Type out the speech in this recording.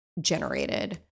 generated